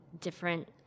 different